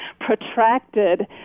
protracted